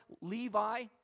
Levi